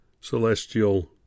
celestial